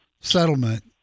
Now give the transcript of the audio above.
settlement